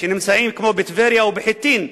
כמו בטבריה או בחיטין,